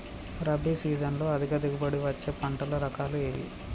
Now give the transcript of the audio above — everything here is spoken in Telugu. రబీ సీజన్లో అధిక దిగుబడి వచ్చే పంటల రకాలు ఏవి?